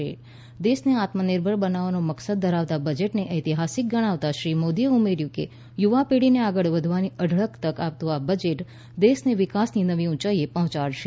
ઐતિહાસીક દેશને આત્મનિર્ભર બનાવાનો મકસદ ધરાવતા બજેટને ગણાવતા શ્રી મોદી એ ઉમેર્યું છે કે યુવા પેઢીને આગળ વધવાની અઢળક તક આપતું આ બજેટ દેશને વિકાસની નવી ઊંચાઈ એ પહોંચાડશે